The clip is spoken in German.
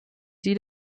sie